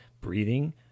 breathing